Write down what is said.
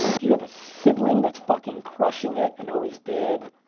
do you have a sibling that's fucking crushing it and always did?